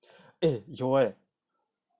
eh 有 leh